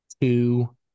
two